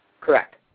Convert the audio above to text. Correct